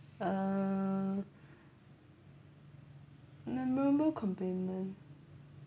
uh memorable compliment